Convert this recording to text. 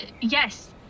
yes